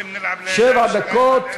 שבע דקות.